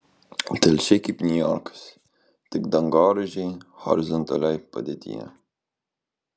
telšiai kaip niujorkas tik dangoraižiai horizontalioj padėtyje